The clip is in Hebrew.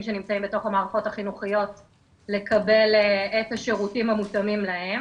שנמצאים בתוך המערכות החינוכיות לקבל את השירותים המותאמים להם.